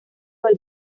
del